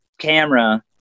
camera